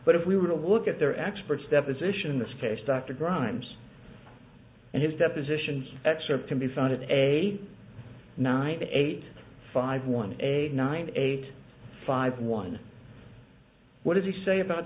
but if we were to look at their experts deposition in this case dr grimes and his depositions excerpt can be found in a nine eight five one eight nine eight five one what did he say about